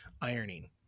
ironing